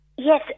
Yes